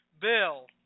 bill